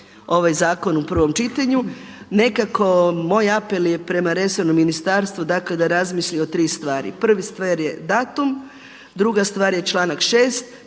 ovaj zakon u prvom čitanju. Nekako moj apel je prema resornom ministarstvu dakle da razmisli o tri stvari. Prva stvar je datum, druga stvar je članak 6.